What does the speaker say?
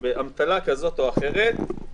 באמתלה כזו או אחרת,